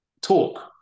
talk